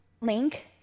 Link